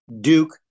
Duke